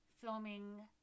filming